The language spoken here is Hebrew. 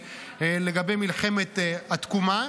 לגבי מלחמת התקומה.